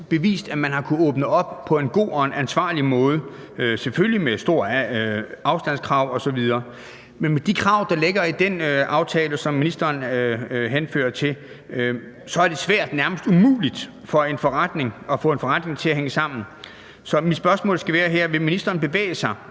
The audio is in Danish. bevist, at man har kunnet åbne op på en god og en ansvarlig måde, selvfølgelig med afstandskrav osv. Men med de krav, der ligger i den aftale, som ministeren henviser til, er det svært, ja, nærmest umuligt at få en forretning til at hænge sammen. Så mit spørgsmål skal være her: Vil ministeren flytte sig,